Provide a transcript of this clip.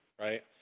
right